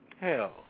Hell